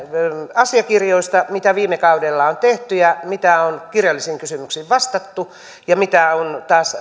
asiakirjoista mitä viime kaudella on tehty mitä on kirjallisiin kysymyksiin vastattu ja mitä on taas